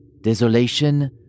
Desolation